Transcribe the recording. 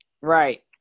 Right